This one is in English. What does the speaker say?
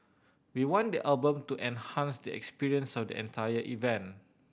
we want the album to enhance the experience of the entire event